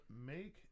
make